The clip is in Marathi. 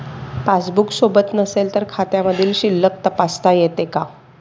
पासबूक सोबत नसेल तर खात्यामधील शिल्लक तपासता येते का?